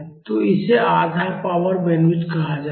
तो इसे आधा पावर बैंडविड्थ कहा जाता है